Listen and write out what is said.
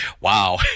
wow